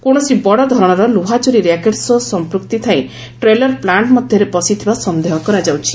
କୌଣସି ବଡ଼ଧରଣର ଲୁହା ଚୋରି ର୍ୟାକେଟ୍ ସହ ସଂପୂକ୍ତି ଥାଇ ଟ୍ରେଲର ପ୍ଲାଙ୍କ ମଧ୍ୟରେ ପଶିଥିବା ସନ୍ଦେହ କରାଯାଉଛି